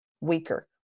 weaker